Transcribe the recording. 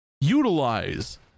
utilize